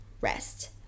rest